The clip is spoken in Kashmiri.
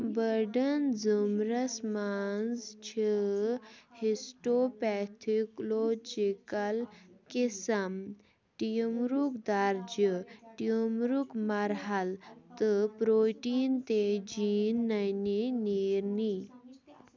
بَڑٮ۪ن زُمرَس منٛز چھِ ہِسٹوپیتھیُکلوجِکَل قٕسٕم ٹیٖمرُک درجہٕ ٹیوٗمرُک مَرحل تہٕ پرٛوٹیٖن تہِ جیٖن نَنہِ نیرنی